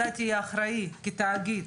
אתה תהיה אחראי כתאגיד,